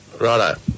Righto